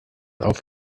auf